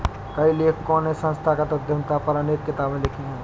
कई लेखकों ने संस्थागत उद्यमिता पर अनेक किताबे लिखी है